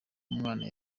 umwana